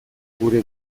gure